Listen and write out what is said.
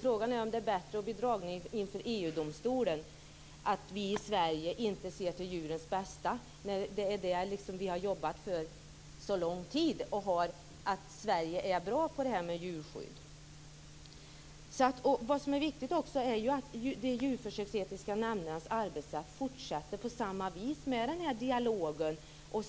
Frågan är om det är bättre att bli ställd inför EU domstolen för att vi i Sverige inte ser till djurens bästa, när det är det som vi har jobbat för under så lång tid. Vi i Sverige har ju blivit kända för att vara bra på detta med djurskydd. Vad som också är viktigt är att de djurförsöksetiska nämndernas arbetssätt fortsätter med dialog och